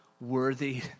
worthy